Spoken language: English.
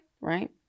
Right